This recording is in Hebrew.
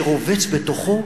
שרובץ בתוכו,